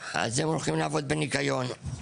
מתפטרים והולכים לעבוד בניקיון.